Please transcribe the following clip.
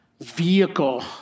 vehicle